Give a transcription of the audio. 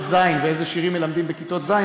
ז' ואיזה שירים מלמדים בכיתות ז',